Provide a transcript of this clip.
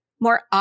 more